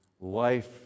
life